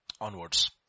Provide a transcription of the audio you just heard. onwards